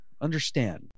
understand